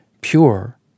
pure